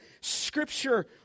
scripture